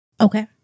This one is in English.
Okay